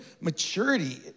maturity